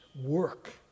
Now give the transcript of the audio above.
work